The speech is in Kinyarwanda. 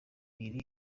iri